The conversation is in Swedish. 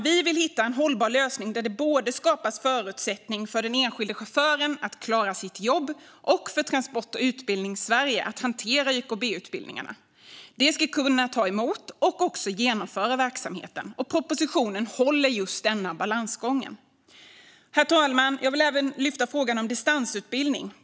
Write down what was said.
Vi vill hitta en hållbar lösning där det skapas förutsättningar både för den enskilde chauffören att klara sitt jobb och för Transport och Utbildningssverige att hantera YKB-utbildningarna. De ska kunna ta emot och genomföra verksamheten. Propositionen har just denna balans. Herr talman! Jag vill även lyfta fram frågan om distansutbildning.